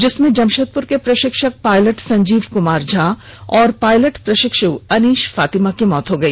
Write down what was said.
जिसमें जमषेदपुर के प्रषिक्षक पायलट संजीव कुमार झा और पायलट प्रषिक्षु अनीष फातिमा की मौत हो गई